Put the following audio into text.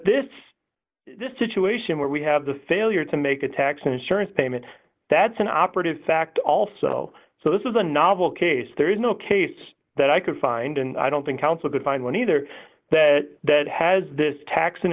this is this situation where we have the failure to make a tax insurance payment that's an operative fact also so this is a novel case there is no case that i could find and i don't think counsel could find one either that that has this tax and